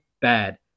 bad